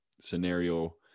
scenario